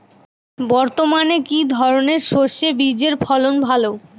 বর্তমানে কি ধরনের সরষে বীজের ফলন ভালো?